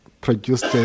produced